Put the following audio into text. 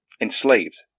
enslaved